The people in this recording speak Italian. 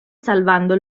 salvando